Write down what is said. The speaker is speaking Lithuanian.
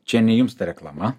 čia ne jums ta reklama